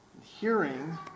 hearing